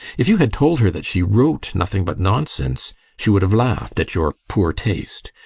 if you had told her that she wrote nothing but nonsense, she would have laughed at your poor taste.